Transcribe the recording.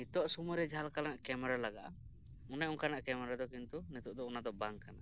ᱱᱤᱛᱳᱜ ᱥᱚᱢᱚᱭᱨᱮ ᱡᱟᱦᱟᱸ ᱞᱮᱠᱟᱱᱟᱜ ᱠᱮᱢᱮᱨᱟ ᱞᱟᱜᱟᱜᱼᱟ ᱚᱱᱮ ᱚᱱᱠᱟᱱᱟᱜ ᱠᱮᱢᱮᱨᱟ ᱫᱚ ᱠᱤᱱᱛᱩ ᱱᱤᱛᱚᱜ ᱫᱚ ᱚᱱᱟ ᱫᱚ ᱵᱟᱝ ᱠᱟᱱᱟ